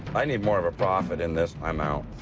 i need more of a profit in this. i'm out.